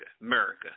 America